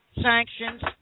sanctions